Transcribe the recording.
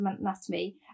Anatomy